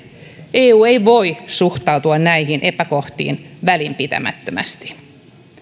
eu ei voi suhtautua näihin epäkohtiin välinpitämättömästi